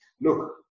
Look